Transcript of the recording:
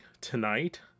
tonight